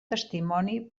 testimoni